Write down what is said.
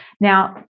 Now